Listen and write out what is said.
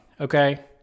okay